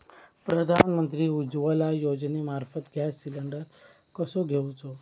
प्रधानमंत्री उज्वला योजनेमार्फत gas cylinder कसो घेऊचो?